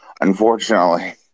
Unfortunately